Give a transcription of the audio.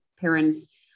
parents